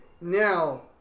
Now